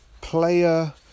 player